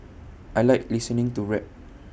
I Like listening to rap